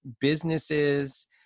businesses